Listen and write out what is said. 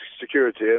security